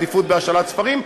עדיפות בהשאלת ספרים,